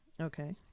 Okay